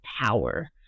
power